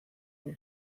muy